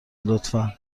لطفا